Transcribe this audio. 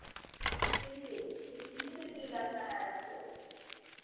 cricket किरकिटे में दिल लगता है आपको